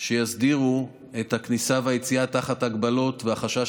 שיסדירו את הכניסה והיציאה תחת ההגבלות והחשש